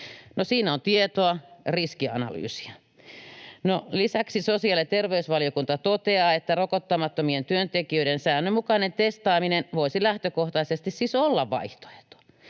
Siinä on tietoa, riskianalyysia. No, lisäksi sosiaali‑ ja terveysvaliokunta toteaa, että rokottamattomien työntekijöiden säännönmukainen testaaminen voisi lähtökohtaisesti siis olla vaihtoehto.